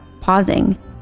pausing